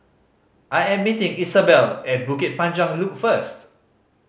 I am meeting Isobel at Bukit Panjang Loop first